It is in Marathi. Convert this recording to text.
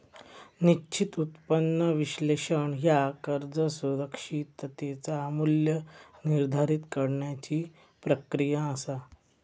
निश्चित उत्पन्न विश्लेषण ह्या कर्ज सुरक्षिततेचा मू्ल्य निर्धारित करण्याची प्रक्रिया असा